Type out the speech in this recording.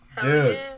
Dude